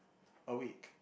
a week